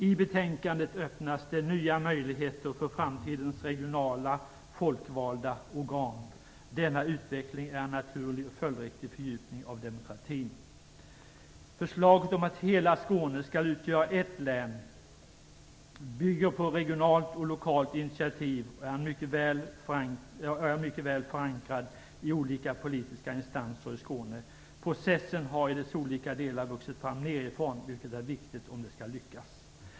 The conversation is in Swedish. I betänkandet öppnas det nya möjligheter för framtidens regionala folkvalda organ. Denna utveckling är en naturlig och följdriktig fördjupning av demokratin. Förslaget om att hela Skåne skall utgöra ett län bygger på regionalt och lokalt initiativ och är mycket väl förankrat i olika politiska instanser i Skåne. Processen har i dess olika delar vuxit fram nerifrån, vilket är viktigt om det skall lyckas.